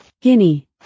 Guinea